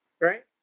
Right